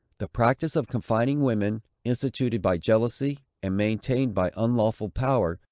the practice of confining women, instituted by jealousy, and maintained by unlawful power,